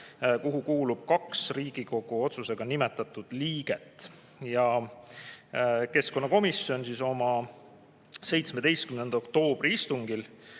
kuhu kuulub ka kaks Riigikogu otsusega nimetatud liiget. Keskkonnakomisjon oma 17. oktoobri istungil